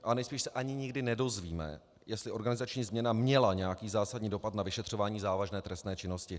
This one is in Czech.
A nejspíš se ani nikdy nedozvíme, jestli organizační změna měla nějaký zásadní dopad na vyšetřování závažné trestné činnosti.